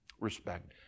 Respect